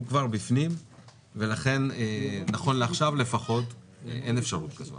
הוא כבר בפנים ולכן נכון לעכשיו לפחות אין אפשרות כזו,